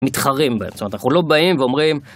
מתחרים בהם, זאת אומרת, אנחנו לא באים ואומרים...